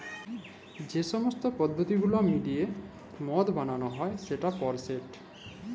যে ছব পদ্ধতি গুলা মালে লিঁয়ে মদ বেলায় সেই পরসেসট